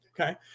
okay